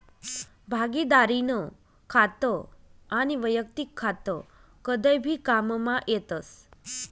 भागिदारीनं खातं आनी वैयक्तिक खातं कदय भी काममा येतस